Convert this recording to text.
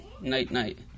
night-night